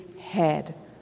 head